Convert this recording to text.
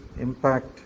impact